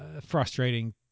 frustrating